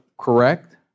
correct